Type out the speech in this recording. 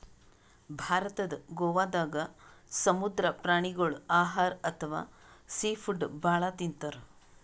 ಭಾರತದ್ ಗೋವಾದಾಗ್ ಸಮುದ್ರ ಪ್ರಾಣಿಗೋಳ್ ಆಹಾರ್ ಅಥವಾ ಸೀ ಫುಡ್ ಭಾಳ್ ತಿಂತಾರ್